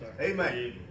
Amen